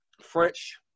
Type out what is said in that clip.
French